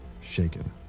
Shaken